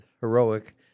heroic